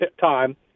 time